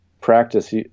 practice